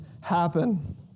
happen